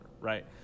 right